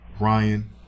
Ryan